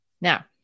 Now